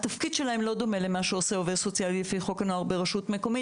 התפקיד שלהם לא דומה למה שעושה עובד סוציאלי לפי חוק הנוער ברשות מקומית